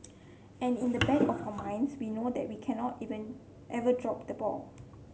and in the back of our minds we know that we cannot even ever drop the ball